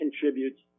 contributes